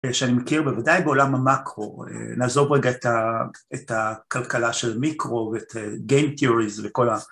שאני מכיר בוודאי בעולם המקרו, נעזוב רגע את הכלכלה של מיקרו ואת Game Theories וכל ה...